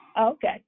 Okay